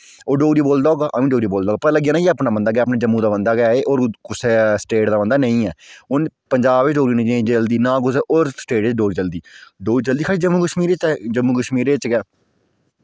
ओह् डोगरी बोलदा होगा ते आमीं डोगरी बोलदा होगा पर पता लग्गी जाना की एह् अपना बंदा गै एह् जम्मू दा बंदा गै कुसै स्टेट दा बंदा निं ऐ हून ना पंजाब च डोगरी चलदी ते ना कुसै होर स्टेट बिच डोगरी चलदी डोगरी चलदी खाल्ली जम्मू कश्मीर च गै